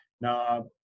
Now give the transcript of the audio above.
Now